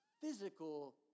physical